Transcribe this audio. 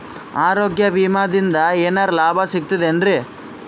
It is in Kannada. ಆರೋಗ್ಯ ವಿಮಾದಿಂದ ಏನರ್ ಲಾಭ ಸಿಗತದೇನ್ರಿ?